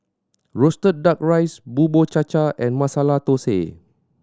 roasted Duck Rice Bubur Cha Cha and Masala Thosai